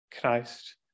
Christ